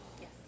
Yes